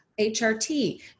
HRT